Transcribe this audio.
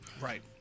right